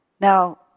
Now